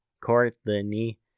Courtney